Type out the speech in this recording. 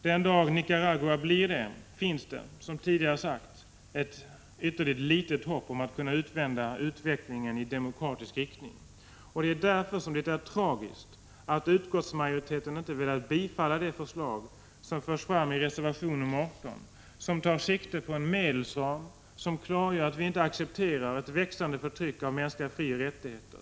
Den dag Nicaragua blir det finns det, som tidigare har sagts, ett ytterligt litet hopp om att kunna vända utvecklingen i demokratisk riktning. Det är därför som det är tragiskt att utskottsmajoriteten inte velat biträda de förslag som förs fram i reservation 18. Den tar sikte på en medelsram som klargör att vi inte accepterar ett växande förtryck av mänskliga frioch rättigheter.